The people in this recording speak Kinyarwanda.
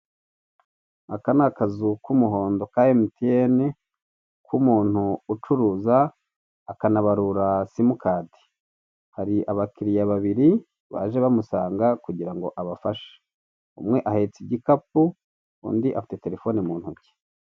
Aka ni akazu k'umuhondo ka Emutiyeni, k'umuntu ucuruza akanabarura simukadi; hari abakiriya babiri baje bamusanga kugira ngo abafashe: umwe ahetse igikapu, undi afite telefoni mu ntoki.